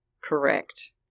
correct